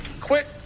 Quit